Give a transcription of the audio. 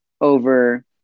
over